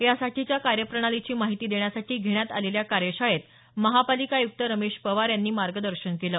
यासाठीच्या कार्यप्रणालीची माहिती देण्यासाठी घेण्यात आलेल्या कार्यशाळेत महापालिका आयुक्त रमेश पवार यांनी मार्गदर्शन केलं